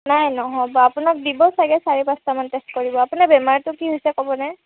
নাই নহ'ব আপোনাক দিব চাগে চাৰি পাঁচটামান টেষ্ট কৰিব আপোনাৰ বেমাৰতো কি হৈছে ক'বনে